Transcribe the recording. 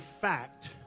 fact